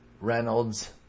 Reynolds